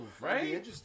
Right